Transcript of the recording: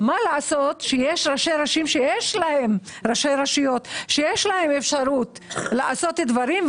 מה לעשות שיש ראשי רשויות שיש להם אפשרות לעשות דברים,